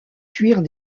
cuire